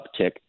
uptick